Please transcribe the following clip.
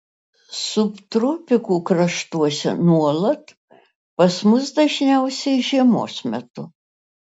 subtropikų kraštuose nuolat pas mus dažniausiai žiemos metu